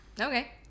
Okay